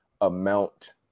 amount